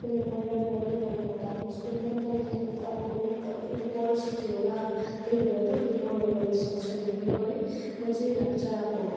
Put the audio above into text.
उसले मर्डर गऱ्यो भनेको त अब उसको मेन्टल हेल्थ अब एकदमै वर्स थियो होला त्यही भएर त उसले मर्डर गर्नु सक्षम भयो है म चाहिँ लाग्छ अब